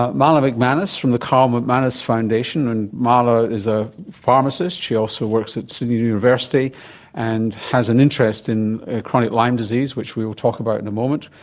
um mualla mcmanus from the karl mcmanus foundation, and mualla is a pharmacist, she also works at sydney university and has an interest in chronic lyme disease, which we will talk about in a moment.